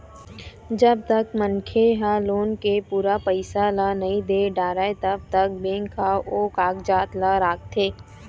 जब तक मनखे ह लोन के पूरा पइसा ल नइ दे डारय तब तक बेंक ह ओ कागजात ल राखथे